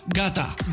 gata